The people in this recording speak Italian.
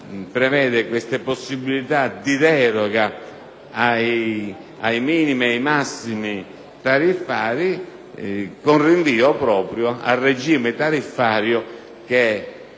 prevede tali possibilità di deroga ai minimi e massimi tariffari con rinvio proprio al regime tariffario